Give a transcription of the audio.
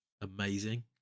amazing